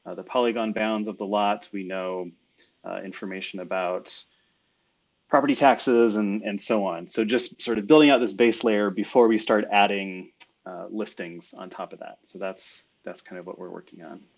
ah the polygon bounds of the lots. we know information about property taxes and and so on. so just sort of building out this base layer before we start adding listings on top of that. so that's that's kind of what we're working on.